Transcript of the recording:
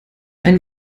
ein